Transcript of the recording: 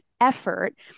effort